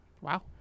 Wow